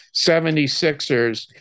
76ers